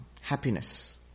happiness